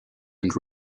and